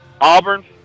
Auburn